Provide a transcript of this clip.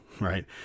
right